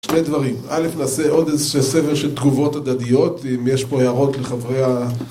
שני דברים. א', נעשה עוד איזה סבב של תגובות הדדיות, אם יש פה הערות לחברי ה...